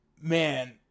man